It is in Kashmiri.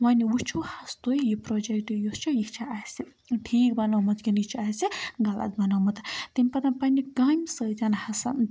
وۄنۍ وٕچھِو حظ تُہۍ یہِ پروجَکٹ یُس چھُ یہِ چھَ اَسہِ ٹھیٖک بَنومُت کِنہٕ یہِ چھُ اَسہِ غلط بَنوومُت تمہِ پَتَن پَننہِ کامہِ سۭتۍ ہَسا